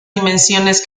dimensiones